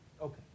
Okay